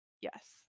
Yes